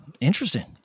interesting